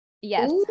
yes